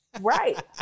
Right